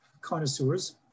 connoisseurs